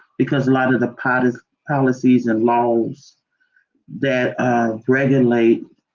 because a lot of the party's policies and laws that regulate